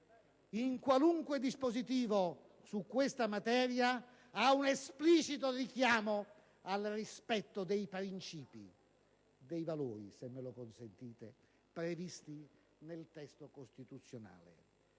in qualunque dispositivo su questa materia ad un esplicito richiamo al rispetto dei principi, dei valori, se me lo consentite, previsti nel testo costituzionale.